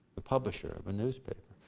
the publisher of a newspaper.